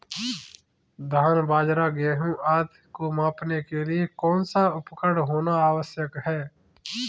धान बाजरा गेहूँ आदि को मापने के लिए कौन सा उपकरण होना आवश्यक है?